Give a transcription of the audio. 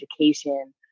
education